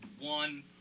one